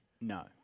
No